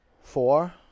Four